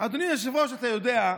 אדוני היושב-ראש, אתה יודע,